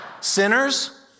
sinners